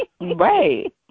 Right